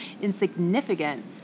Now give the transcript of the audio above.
insignificant